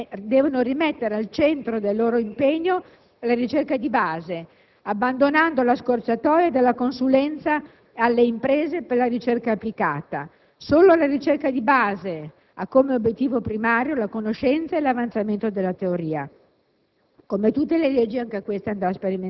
Gli enti di ricerca pubblici devono rimettere al centro del loro impegno la ricerca di base, abbandonando la scorciatoia della consulenza alle imprese per la ricerca applicata. Solo la ricerca di base ha come obiettivo primario la conoscenza e l'avanzamento della teoria.